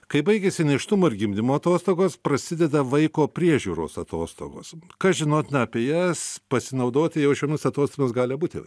kai baigiasi nėštumo ir gimdymo atostogos prasideda vaiko priežiūros atostogos kas žinotina apie jas pasinaudoti jau šiomis atostogomis gali abu tėvai